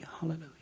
Hallelujah